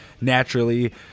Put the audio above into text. naturally –